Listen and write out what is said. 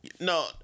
No